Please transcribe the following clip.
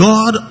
God